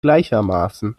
gleichermaßen